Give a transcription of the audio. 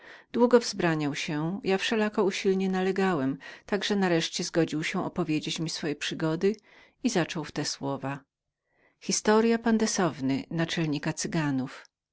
długo wzbraniał się ja wszelako usilnie nalegałem na niego tak że nareszcie zgodził się opowiedzieć mi swoje przygody i zaczął w te słowa